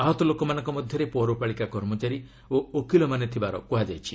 ଆହତ ଲୋକମାନଙ୍କ ମଧ୍ୟରେ ପୌରପାଳିକା କର୍ମଚାରୀ ଓ ଓକିଲମାନେ ଥିବାର କୁହାଯାଇଛି